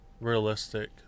realistic